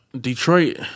Detroit